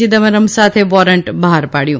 ચિદમ્બર સાથે વોરન્ટ બહાર પાડયું